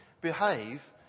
behave